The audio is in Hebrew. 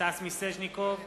סטס מיסז'ניקוב,